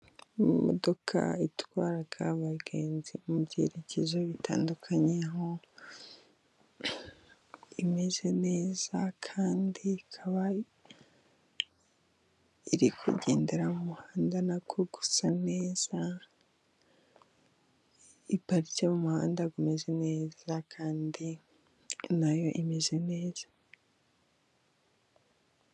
Imodoka itwara abagenzi mu byerekezo bitandukanye , aho imeze neza kandi ikaba iri kugendera mu muhanda , nawo usa neza iparitse mu muhanda umeze neza kandi nayo imeze neza.